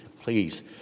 please